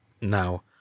Now